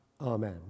Amen